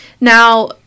Now